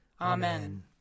Amen